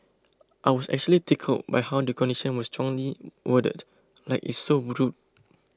I was actually tickled by how the condition was strongly worded like it's so rude